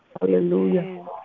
Hallelujah